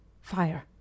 Fire